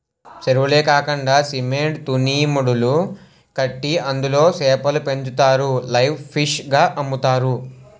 సెరువులే కాకండా సిమెంట్ తూనీమడులు కట్టి అందులో సేపలు పెంచుతారు లైవ్ ఫిష్ గ అమ్ముతారు